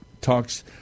talks